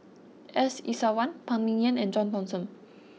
S Iswaran Phan Ming Yen and John Thomson